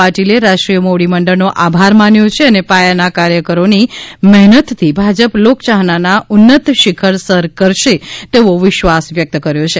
પાટિલે રાષ્ટ્રીય મોવડી મંડળનો આભાર માન્યો છે અને પાયાના કાર્યકરોની મહેનત થી ભાજપ લોક ચાહનાના ઉન્નત શિખર સર કરશે તેવો વિશ્વાસ વ્યકત કર્યો છે